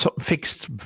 fixed